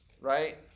right